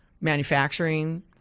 manufacturing